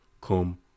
come